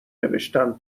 نوشتن